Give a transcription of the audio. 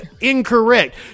incorrect